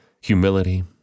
humility